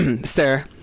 Sir